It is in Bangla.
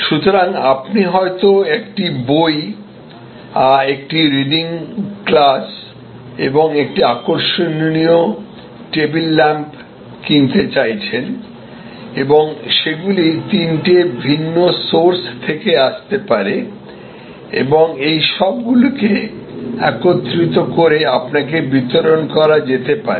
সুতরাং আপনি হয়তো একটি বই একটি রিডিং গ্লাস এবং একটি আকর্ষণীয় টেবিল ল্যাম্প কিনতে চাইছেন এবং সেগুলি তিনটি ভিন্ন সোর্স থেকে আসতে পারে এবং এইসব গুলিকে একত্রিত করে আপনাকে বিতরণ করা যেতে পারে